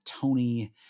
Tony